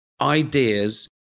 ideas